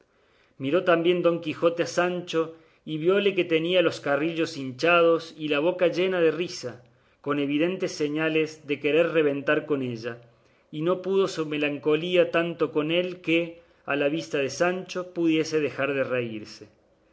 miró también don quijote a sancho y viole que tenía los carrillos hinchados y la boca llena de risa con evidentes señales de querer reventar con ella y no pudo su melanconía tanto con él que a la vista de sancho pudiese dejar de reírse